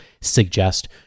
suggest